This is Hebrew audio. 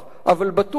אבל בטוח שם,